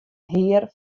hear